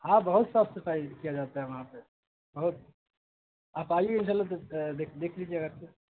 ہاں بہت صاف صفائی کیا جاتا ہے وہاں پہ بہت آپ آئیے انشاء اللہ دیک دیکھ لیجیے گا پھر